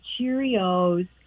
Cheerios